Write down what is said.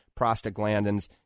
prostaglandins